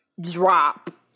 drop